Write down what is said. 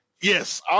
Yes